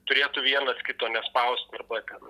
turėtų vienas kito nespausti arba ten